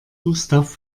gustav